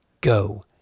go